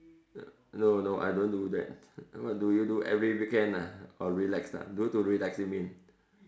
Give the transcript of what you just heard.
no no I don't do that what do you do every weekend lah oh relax lah do to relax you mean